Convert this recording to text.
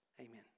Amen